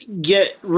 get